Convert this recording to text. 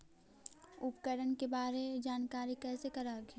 उपकरण के बारे जानकारीया कैसे कर हखिन?